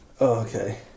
Okay